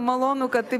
malonu kad taip